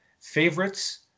favorites